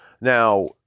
Now